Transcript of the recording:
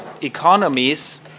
economies